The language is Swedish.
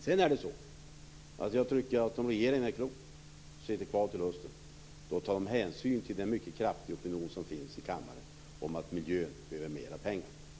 Jag tycker att om regeringen är klok, och om den sitter kvar till hösten, tar den hänsyn till den mycket kraftiga opinion som finns i kammaren om att miljön behöver mer pengar.